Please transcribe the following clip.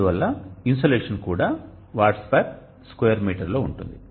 అందువల్ల ఇన్సోలేషన్ కూడా watts per square metre లో ఉంటుంది